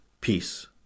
Peace